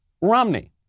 Romney